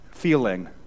feeling